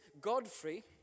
Godfrey